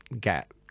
get